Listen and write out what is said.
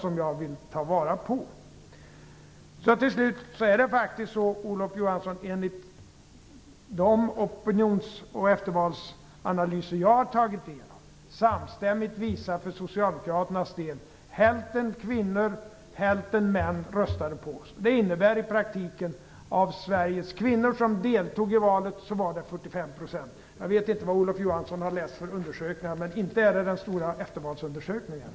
De opinions och eftervalsanalyser jag har tagit del av, Olof Johansson, visar samstämmigt för Socialdemokraternas del att av dem som röstade på oss var hälften kvinnor och hälften män. Det innebär att 45 % av Sveriges kvinnor som deltog i valet röstade på Socialdemokraterna. Jag vet inte vilka undersökningar Olof Johansson har läst, men inte kan det vara den stora eftervalsundersökningen.